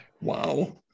Wow